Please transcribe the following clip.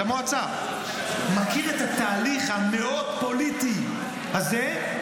למועצה, מכיר את התהליך המאוד פוליטי הזה.